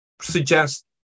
suggest